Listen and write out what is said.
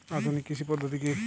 আধুনিক কৃষি পদ্ধতি কী?